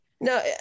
No